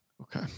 Okay